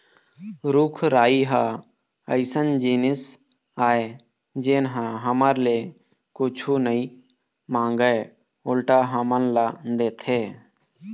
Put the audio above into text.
रूख राई ह अइसन जिनिस आय जेन ह हमर ले कुछु नइ मांगय उल्टा हमन ल देथे